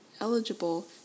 eligible